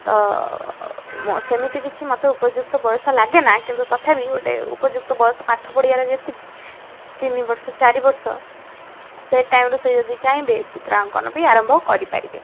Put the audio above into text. ତ ସେମିତି କିଛି ମୋତେ ଉପଯୁକ୍ତ ବୟସ ଲାଗେନା କିନ୍ତୁ ତଥାପି ଗୋଟେ ଉପଯୁକ୍ତ ବୟସ ପାଠ ପଢ଼ିବାରେ ଯେତିକି ତିନିବର୍ଷ ଚାରି ବର୍ଷ ସେ ଟାଇମ୍ରୁ ସେ ଯଦି ଚାହିଁବେ ଚିତ୍ରାଙ୍କନ ବି ଆରମ୍ଭ କରିପାରିବେ